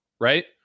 Right